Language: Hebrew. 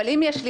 אני רוצה לחדד.